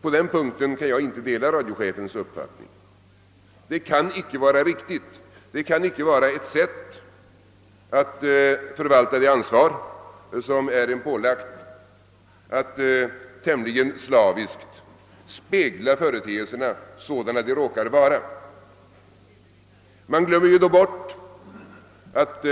På den punkten kan jag inte dela radiochefens uppfattning. Det kan inte vara ett sätt att förvalta det ansvar som man blivit ålagd om man tämligen slaviskt speglar företeelserna sådana de råkar vara. Man glömmer då bort att